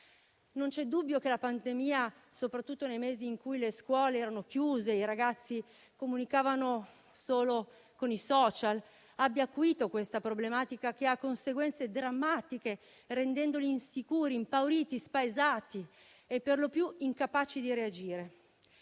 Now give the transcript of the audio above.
Non c'è dubbio che la pandemia, soprattutto nei mesi in cui le scuole erano chiuse e i ragazzi comunicavano solo con i *social*, abbia acuito questa problematica, che ha conseguenze drammatiche, rendendoli insicuri, impauriti, spaesati e perlopiù incapaci di reagire.